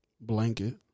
blanket